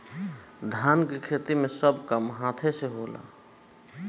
धान के खेती मे सब काम हाथे से होला